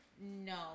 No